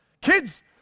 Kids